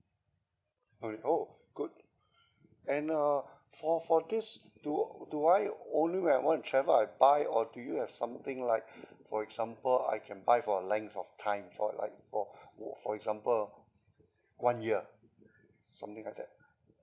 oh good and uh for for this do do I only when I want to travel I buy or do you have something like for example I can buy for a length of time for like for for example one year something like that